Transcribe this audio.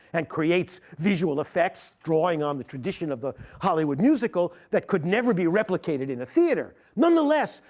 and creates visual effects drawing on the tradition of the hollywood musical that could never be replicated in a theater. nonetheless,